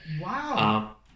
Wow